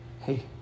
Hey